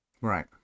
Right